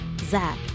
Zach